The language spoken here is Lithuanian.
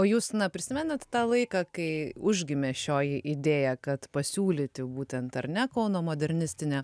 o jūs na pamenat tą laiką kai užgimė šioji idėja kad pasiūlyti būtent ar ne kauno modernistinę